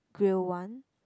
grill one